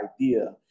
idea